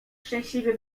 szczęśliwie